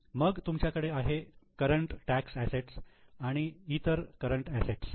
मग तुमच्याकडे आहे करंट टॅक्स असेट्स आणि इतर करंट असेट्स